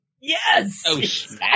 Yes